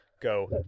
Go